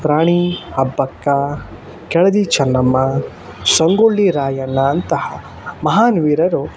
ರಾಣಿ ಅಬ್ಬಕ್ಕ ಕೆಳದಿ ಚೆನ್ನಮ್ಮ ಸಂಗೊಳ್ಳಿ ರಾಯಣ್ಣ ಅಂತಹ ಮಹಾನ್ ವೀರರು